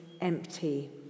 empty